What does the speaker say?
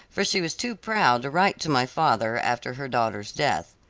for she was too proud to write to my father after her daughter's death.